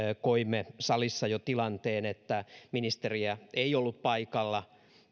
koimme salissa jo tilanteen että ministeriä ei ollut paikalla